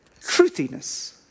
truthiness